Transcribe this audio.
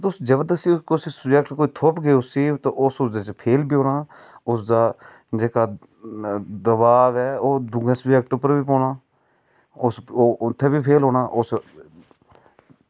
तुस जबरदस्ती कोई सब्जैक्ट थोपगे उसी ते ओह् उस च उन्नै फेल बी होना उसदा जेह्का दबाव ऐ ओह् दूऐं सब्जैक्ट पर बी पौना उस उत्थै बी फेल होना उस